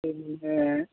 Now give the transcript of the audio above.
പിന്നെ